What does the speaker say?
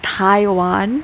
Taiwan